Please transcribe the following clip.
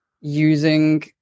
using